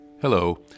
Hello